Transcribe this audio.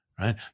Right